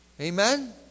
Amen